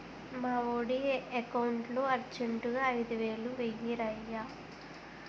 మావోడి ఎకౌంటులో అర్జెంటుగా ఐదువేలు వేయిరయ్య